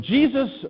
Jesus